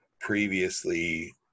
previously